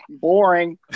Boring